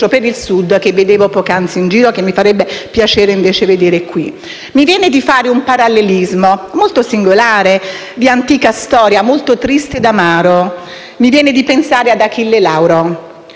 per il Sud che vedevo poc'anzi in giro e che mi farebbe piacere vedere qui. Mi viene da fare un parallelismo molto singolare, di antica storia, molto triste ed amaro; mi viene da pensare ad Achille Lauro